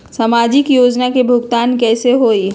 समाजिक योजना के भुगतान कैसे होई?